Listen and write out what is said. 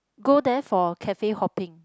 go there for cafe hopping